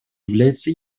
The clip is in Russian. является